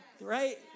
right